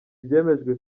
byemejwe